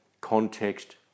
context